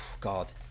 god